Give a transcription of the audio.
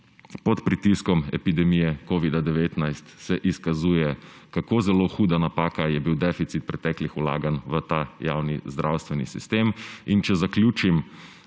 pod pritiskom epidemije covida-19 se izkazuje, kako zelo huda napaka je bil deficit preteklih vlaganj v ta javni zdravstveni sistem. Če zaključim